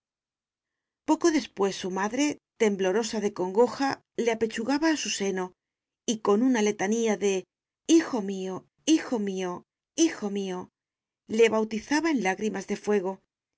poco después su madre temblorosa de congoja le apechugaba a su seno y con una letanía de hijo mío hijo mío hijo mío le bautizaba en lágrimas de fuego y